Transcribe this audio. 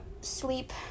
sleep